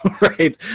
right